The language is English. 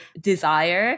desire